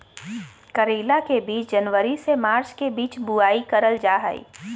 करेला के बीज जनवरी से मार्च के बीच बुआई करल जा हय